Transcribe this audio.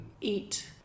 eat